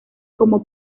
como